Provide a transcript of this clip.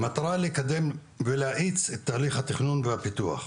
זאת למען קידומו והאצתו של תהליך התכנון והפיתוח.